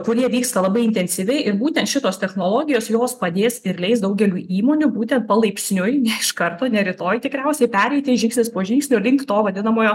kurie vyksta labai intensyviai ir būtent šitos technologijos jos padės ir leis daugeliui įmonių būtent palaipsniui ne iš karto ne rytoj tikriausiai pereiti žingsnis po žingsnio link to vadinamojo